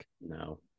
No